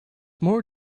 more